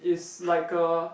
is like a